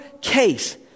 case